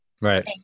Right